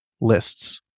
lists